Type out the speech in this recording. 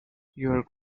your